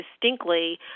distinctly